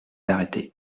arrêté